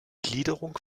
gliederung